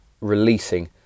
releasing